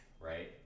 right